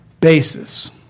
basis